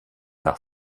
nach